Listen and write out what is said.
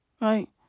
right